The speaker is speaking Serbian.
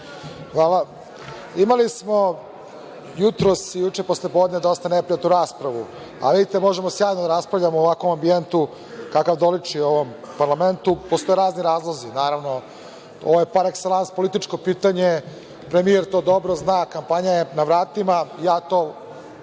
Hvala. Imali smo jutros i juče posle podne dosta neprijatnu raspravu, a vidite da možemo sjajno da raspravljamo u ovakvom ambijentu, kakav doliči ovom parlamentu. Postoje razni razlozi, naravno. Ovo je par ekselans političko pitanje i premijer to dobro zna. Kampanja je na vratima i ja to